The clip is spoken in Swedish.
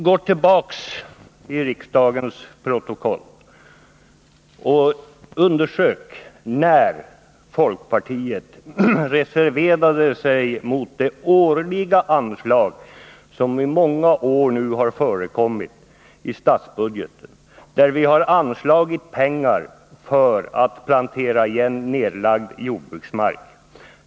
Gå tillbaka i riksdagens protokoll och undersök när folkpartiet reserverade sig mot det årliga anslag som i många år har förekommit i statsbudgeten, där vi har anslagit pengar för att plantera igen nedlagd jordbruksmark!